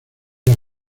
las